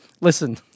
listen